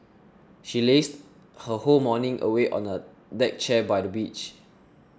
she lazed her whole morning away on a deck chair by the beach